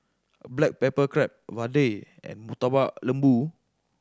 black pepper crab vadai and Murtabak Lembu